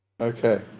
Okay